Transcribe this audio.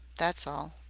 that's all.